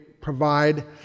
provide